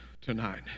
tonight